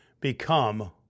become